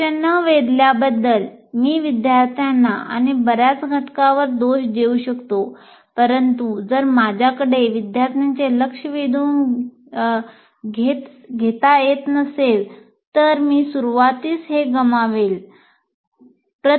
लक्ष न वेधल्याबद्दल मी विद्यार्थ्यांना आणि बर्याच घटकांवर दोष देऊ शकतो परंतु जर माझ्याकडे विद्यार्थ्यांचे लक्ष वेधून घेता येत नसेल तर मी सुरुवातीस हे गमावले